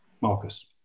marcus